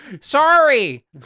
Sorry